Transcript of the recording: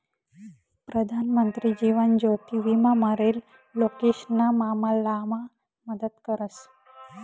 प्रधानमंत्री जीवन ज्योति विमा मरेल लोकेशना मामलामा मदत करस